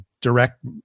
direct